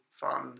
fun